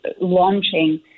launching